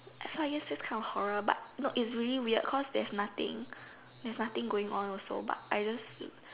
so I guess that's kind of horror but it's really weird cause there's really nothing nothing going on also but I just